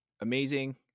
amazing